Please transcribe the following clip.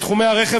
בתחומי הרכב,